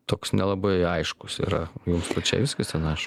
toks nelabai aiškus yra jum pačiai viskas ten aiš